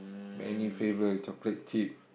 many flavour chocolate chip